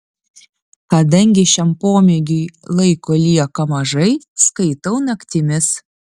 kadangi šiam pomėgiui laiko lieka mažai skaitau naktimis